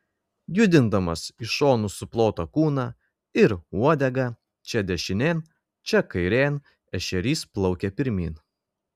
judindamas iš šonų suplotą kūną ir uodegą čia dešinėn čia kairėn ešerys plaukia pirmyn